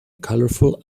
colorful